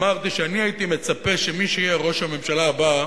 ואמרתי שאני הייתי מצפה שמי שיהיה ראש הממשלה הבא,